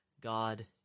God